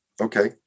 Okay